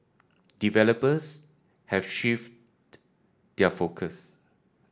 developers have shifted their focus